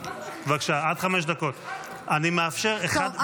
אני מאפשר אחד בלבד.